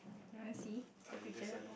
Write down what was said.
can I see the picture